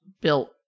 built